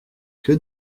que